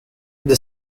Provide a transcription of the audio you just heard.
the